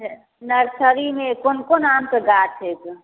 नर्सरीमे कोन कोन आमके गाछ अछि